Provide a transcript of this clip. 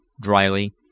dryly